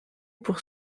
pour